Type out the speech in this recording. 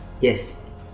Yes